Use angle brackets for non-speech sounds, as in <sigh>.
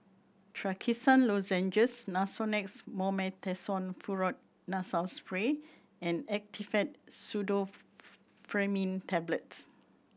Trachisan Lozenges Nasonex Mometasone Furoate Nasal Spray and Actifed <unintelligible> Tablets